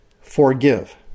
forgive